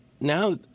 now